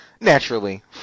naturally